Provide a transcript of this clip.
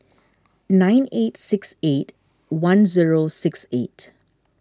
nine eight six eight one zero six eight